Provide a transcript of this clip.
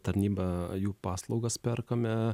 tarnybą jų paslaugas perkame